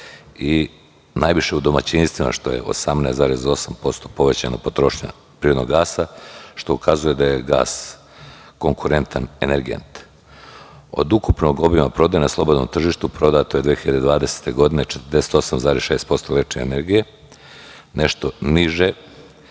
i najviše u domaćinstvima 18,8% povećana potrošnja prirodnog gasa, što ukazuje da je gas konkurentan energent. Od ukupnog obima prodaje na slobodom tržištu prodato je 2020. godine 48,6% električne energije, nešto niže,